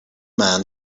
man